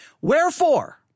wherefore